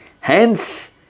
Hence